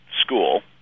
school